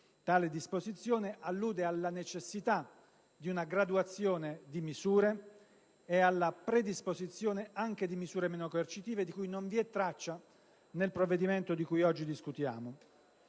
tale disposizione allude alla necessità di una graduazione di misure e alla predisposizione anche di misure meno coercitive, di cui non vi è traccia nel provvedimento oggi in esame.